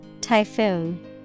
Typhoon